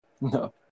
no